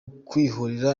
kwihorera